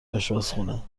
آشپزخونه